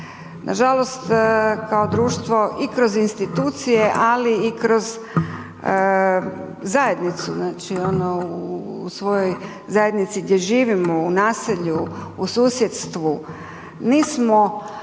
Nažalost kao društvo i kroz institucije, ali i kroz zajednicu znači ono u svojoj zajednici gdje živimo, u naselju, u susjedstvu, nismo